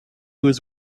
was